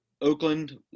Oakland